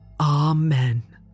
Amen